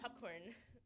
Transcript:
popcorn